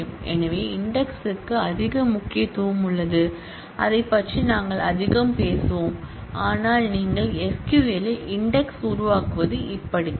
எனவே இன்டெக்ஸ்க்கு அதிக முக்கியத்துவம் உள்ளது அதைப் பற்றி நாங்கள் அதிகம் பேசுவோம் ஆனால் நீங்கள் SQL இல் இன்டெக்ஸ் உருவாக்குவது இப்படித்தான்